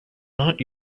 not